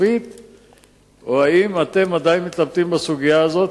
או שעדיין אתם מתלבטים בסוגיה הזאת?